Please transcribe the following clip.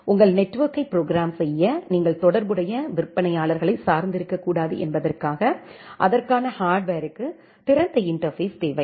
உங்கள் நெட்வொர்க்கை ப்ரோக்ராம் செய்ய நீங்கள் தொடர்புடைய விற்பனையாளர்களை சார்ந்து இருக்கக்கூடாது என்பதற்காக அதற்கான ஹார்ட்வருக்கு திறந்த இன்டர்பேஸ் தேவை